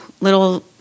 little